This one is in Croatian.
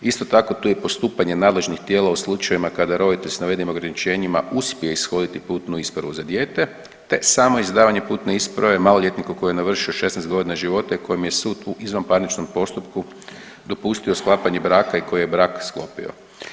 Isto tako, tu je i postupanje nadležnih tijela u slučajevima kada roditelj sa navedenim ograničenjima uspije ishoditi putnu ispravu za dijete, te samo izdavanje putne isprave maloljetniku koji je navršio 16 godina života i kojem je sud u izvanparničnom postupku dopustio sklapanje braka i koji je brak sklopio.